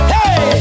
Hey